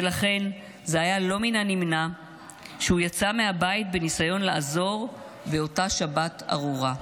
ולכן זה היה לא נמנע שהוא יצא מהבית בניסיון לעזור באותה שבת ארורה.